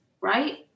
right